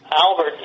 Albert